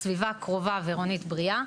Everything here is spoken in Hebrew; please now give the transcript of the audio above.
סביבה קרובה אווירית בריאה,